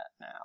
now